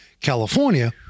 California